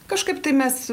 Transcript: kažkaip tai mes